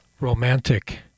romantic